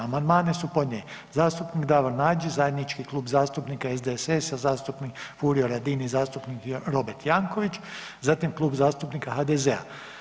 Amandmane su podnijeli zastupnik Davor Nađi zajednički Klub zastupnika SDSS-a, zastupnik Furio Radin i zastupnik Robert Jankovics, zatim Klub zastupnika HDZ-a.